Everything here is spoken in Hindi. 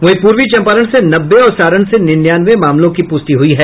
वहीं पूर्वी चंपारण से नब्बे और सारण से निन्यानवे मामलों की पुष्टि हुई है